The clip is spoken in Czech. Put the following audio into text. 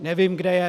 Nevím, kde je.